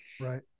Right